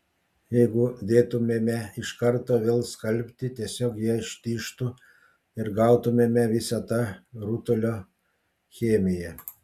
jeigu dėtumėme iš karto vėl skalbti tiesiog jie ištižtų ir gautumėme visa tą rutulio chemiją